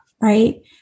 right